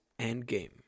endgame